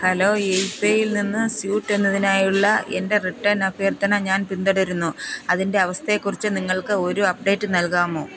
hello യേപ്പേയിൽനിന്ന് suit എന്നതിനായുള്ള എന്റെ റിട്ടേൺ അഭ്യർത്ഥന ഞാൻ പിന്തുടരുന്നു അതിൻ്റെ അവസ്ഥയെക്കുറിച്ച് നിങ്ങൾക്ക് ഒരു അപ്ഡേറ്റ് നൽകാമോ